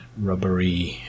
rubbery